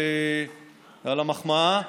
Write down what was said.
תודה רבה על המחמאה.